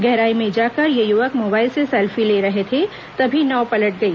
गहराई में जाकर ये युवक मोबाइल से सेल्फी ले रहे थे तभी नाव पलट गई